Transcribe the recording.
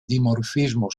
dimorfismo